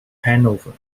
hangover